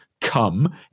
come